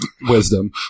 Wisdom